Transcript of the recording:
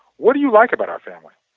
what do you like about our family?